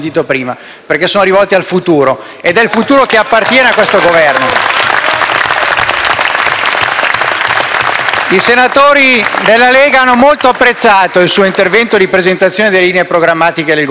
perché sono rivolte al futuro, ed è il futuro che appartiene a questo Governo. *(Applausi dai Gruppi L-SP e M5S)*. I senatori della Lega hanno molto apprezzato il suo intervento di presentazione delle linee programmatiche del Governo.